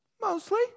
Mostly